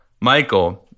Michael